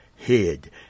head